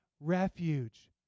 refuge